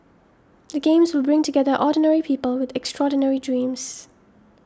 the games will bring together ordinary people with extraordinary dreams